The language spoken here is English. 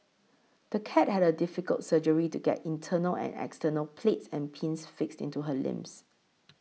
the cat had a difficult surgery to get internal and external plates and pins fixed into her limbs